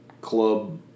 Club